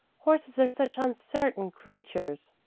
horses are such uncertain creatures.